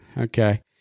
Okay